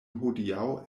hodiaŭ